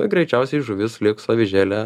greičiausiai žuvis liks su avižėle